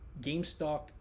GameStop